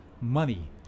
money